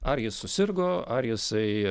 ar jis susirgo ar jisai